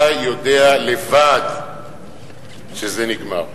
אתה יודע לבד שזה נגמר.